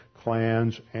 clans